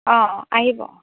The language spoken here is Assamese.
অঁ আহিব